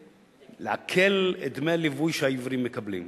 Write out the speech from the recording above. לעקל את דמי הליווי שהעיוורים מקבלים.